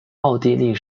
奥地利